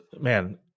Man